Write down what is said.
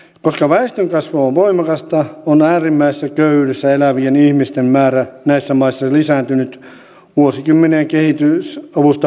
koska väestönkasvu on voimakasta on äärimmäisessä köyhyydessä elävien ihmisten määrä näissä maissa lisääntynyt vuosikymmenien kehitysavusta huolimatta